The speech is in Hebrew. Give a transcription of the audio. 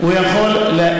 הוא יכול להגיש.